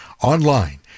online